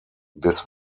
des